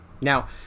Now